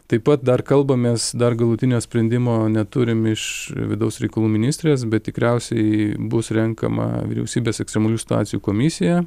taip pat dar kalbamės dar galutinio sprendimo neturim iš vidaus reikalų ministrės bet tikriausiai bus renkama vyriausybės ekstremalių situacijų komisija